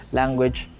language